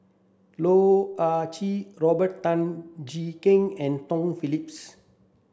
Loh Ah Chee Robert Tan Jee Keng and Tom Phillips